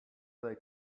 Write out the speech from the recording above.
they